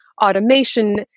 automation